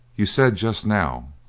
you said just now,